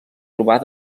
trobar